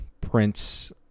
prints